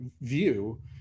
view